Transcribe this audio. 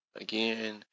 Again